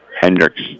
Hendricks